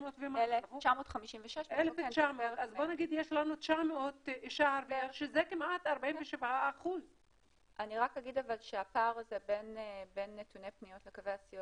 956. אני רק אגיד שהפער הזה בין נתוני פניות לקווי הסיוע